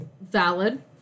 Valid